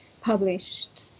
published